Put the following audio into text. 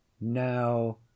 Now